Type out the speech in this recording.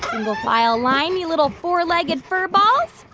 single-file line, you little, four-legged furballs.